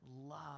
love